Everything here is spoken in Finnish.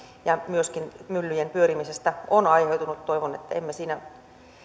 ja myöskin myllyjen pyörimisestä on aiheutunut toivon että emme siinä